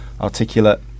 articulate